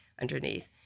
underneath